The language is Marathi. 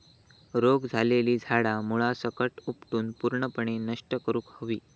रोग झालेली झाडा मुळासकट उपटून पूर्णपणे नष्ट करुक हवी